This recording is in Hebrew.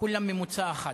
כולם ממוצא אחד.